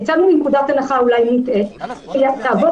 יצאנו מנקודת הנחה אולי מוטעית שתעבור